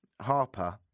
Harper